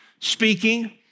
speaking